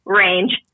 range